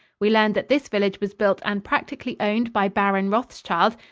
we learned that this village was built and practically owned by baron rothschild,